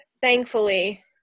thankfully